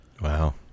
Wow